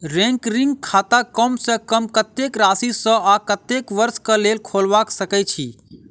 recurring खाता कम सँ कम कत्तेक राशि सऽ आ कत्तेक वर्ष कऽ लेल खोलबा सकय छी